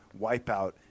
Wipeout